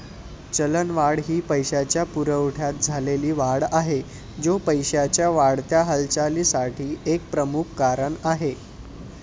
चलनवाढ ही पैशाच्या पुरवठ्यात झालेली वाढ आहे, जो पैशाच्या वाढत्या हालचालीसाठी एक प्रमुख कारण आहे